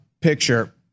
picture